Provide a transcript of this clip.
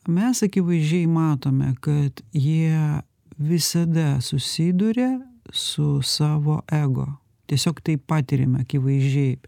mes akivaizdžiai matome kad jie visada susiduria su savo ego tiesiog tai patiriam akivaizdžiai